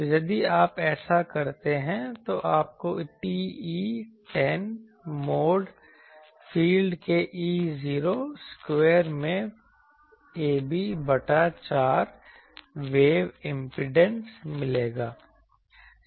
तो यदि आप ऐसा करते हैं तो आपको TE10 मोड फ़ील्ड के E0 स्क्वायर में ab बटा 4 वेव इम्पीडेंस मिलेगा